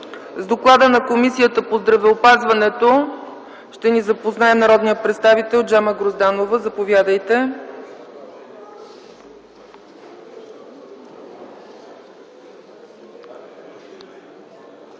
С доклада на Комисията по здравеопазването ще ни запознае народният представител Джема Грозданова. Заповядайте.